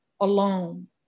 alone